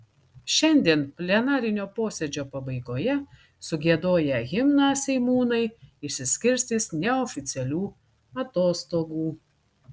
šiandien plenarinio posėdžio pabaigoje sugiedoję himną seimūnai išsiskirstys neoficialių atostogų